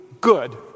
good